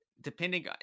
depending